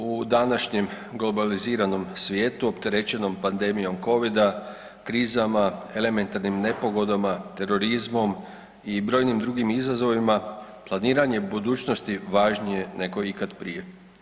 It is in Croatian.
U današnjem globaliziranom svijetu opterećenom pandemijom covida, krizama, elementarnim nepogodama, terorizmom i brojnim drugim izazovima planiranje budućnosti važnije je nego ikad prije.